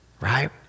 right